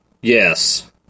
Yes